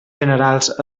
generals